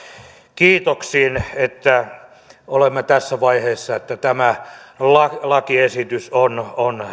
kiitoksiin että olemme tässä vaiheessa että tämä lakiesitys on on